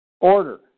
Order